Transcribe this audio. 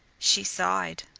she sighed.